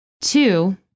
Two